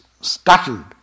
startled